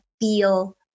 feel